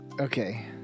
Okay